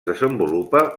desenvolupa